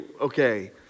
okay